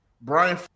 brian